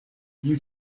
you